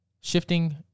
Shifting